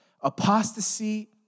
Apostasy